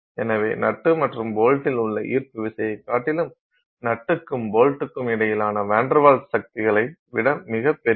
எனவே நட்டு மற்றும் போல்ட்டில் உள்ள ஈர்ப்பு விசையைக் காட்டிலும் நட்டுக்கும் போல்ட்டுக்கும் இடையிலான வான் டெர் வால்ஸ் சக்திகளை விட மிகப் பெரியது